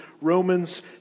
Romans